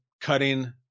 cutting –